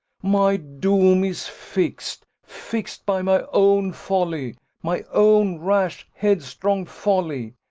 my doom is fixed fixed by my own folly my own rash, headstrong folly.